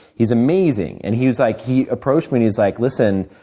he's amazing. and he was like he approached me, and he's like, listen,